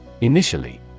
Initially